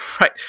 right